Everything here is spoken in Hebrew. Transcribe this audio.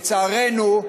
לצערנו,